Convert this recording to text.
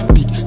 Big